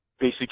basic